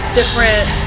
different